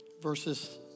Verses